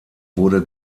wurde